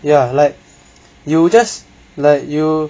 ya like you just like you